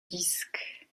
disques